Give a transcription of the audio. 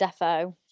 Defo